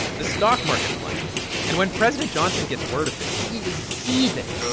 the stock market plunges. and when president johnson gets word of this, he is seething.